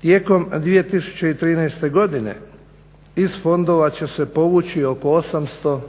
Tijekom 2013. godine iz fondova će se povući oko 800